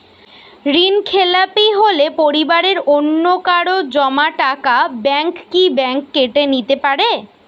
ঋণখেলাপি হলে পরিবারের অন্যকারো জমা টাকা ব্যাঙ্ক কি ব্যাঙ্ক কেটে নিতে পারে?